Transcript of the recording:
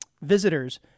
visitors